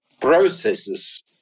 processes